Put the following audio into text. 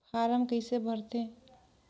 Form कइसे भरते?